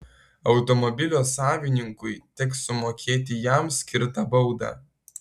automobilio savininkui teks sumokėti jam skirtą baudą